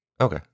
Okay